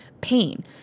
pain